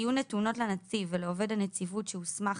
יהיו נתונות לנציב ולעובד הנציבות שהוסמך